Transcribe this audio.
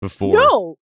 No